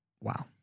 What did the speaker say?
wow